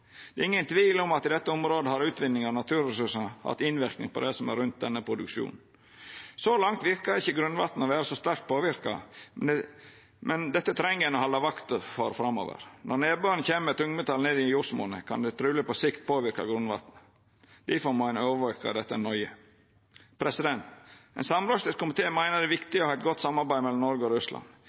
Det er ingen tvil om at i dette området har utvinning av naturressursar hatt innverknad på det som er rundt denne produksjonen. Så langt verkar ikkje grunnvatnet å vera så sterkt påverka, men dette treng ein å vera på vakt overfor framover. Når nedbøren kjem med tungmetall ned i jordsmonnet, kan det truleg på sikt påverka grunnvatnet. Difor må ein overvaka dette nøye. Ein samla komité meiner det er viktig å ha eit godt samarbeid mellom Noreg og Russland.